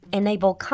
enable